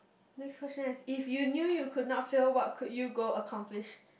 next question is if you knew you could not fail what could you go accomplish